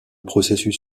processus